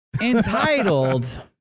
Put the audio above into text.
Entitled